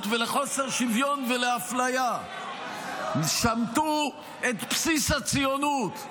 ולחוסר שוויון ולאפליה ושמטו את בסיס הציונות.